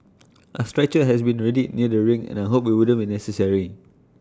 A stretcher has been readied near the ring and I hoped IT wouldn't be necessary